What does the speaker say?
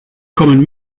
kommen